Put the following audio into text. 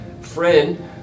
friend